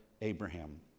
Abraham